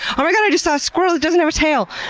oh my god i just saw a squirrel that doesn't have a tail!